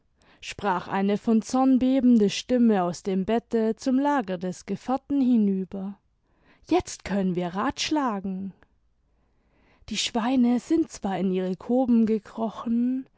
sprach eine von zorn bebende stimme aus dem bette zum lager des gefährten hinüber jetzt können wir rathschlagen die schweine sind zwar in ihre koben gekrochen